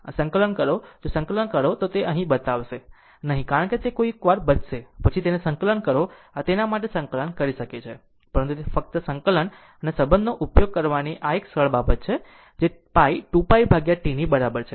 આ સંકલન કરો જો આ સંકલન કરો તો તે અહીં બતાવશે નહીં તે કોઈક વાર બચશે પછી તેને સંકલન કરો આ તેના માટે આ સંકલન કરી શકે છે પરંતુ તે ફક્ત સંકલન અને આ સંબંધનો ઉપયોગ કરવાની એક સરળ બાબત છે જે π 2π T ની બરાબર છે